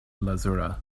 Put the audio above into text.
lazura